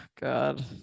God